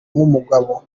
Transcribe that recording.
nk’umugabo